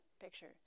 picture